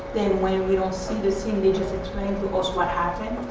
than when we don't see the same, they just explain to us what happened?